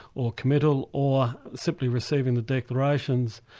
or committal, or simply receiving the declarations,